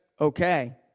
okay